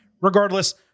Regardless